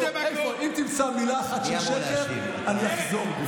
אם תמצא מילה אחת של שקר, אני אחזור בי.